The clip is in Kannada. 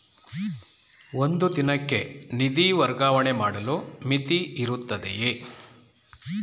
ಒಂದು ದಿನಕ್ಕೆ ನಿಧಿ ವರ್ಗಾವಣೆ ಮಾಡಲು ಮಿತಿಯಿರುತ್ತದೆಯೇ?